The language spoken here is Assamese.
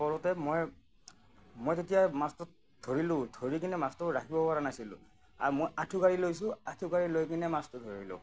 পৰোঁতে মই মই তেতিয়া মাছটো ধৰিলোঁ ধৰি কিনে মাছটো ৰাখিব পৰা নাছিলোঁ আৰু মই আঁঠুকাঢ়ি লৈছোঁ আঁঠুকাঢ়ি লৈ কিনে মাছটো ধৰিলোঁ